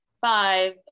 five